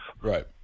Right